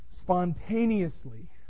spontaneously